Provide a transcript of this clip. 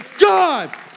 God